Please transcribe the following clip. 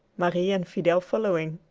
marie and fidel following.